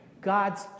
God's